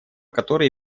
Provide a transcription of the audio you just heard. который